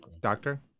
Doctor